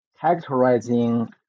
characterizing